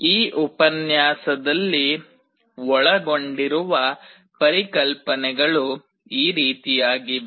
ಈ ಉಪನ್ಯಾಸದಲ್ಲಿ ಒಳಗೊಂಡಿರುವ ಪರಿಕಲ್ಪನೆಗಳು ಈ ರೀತಿಯಾಗಿವೆ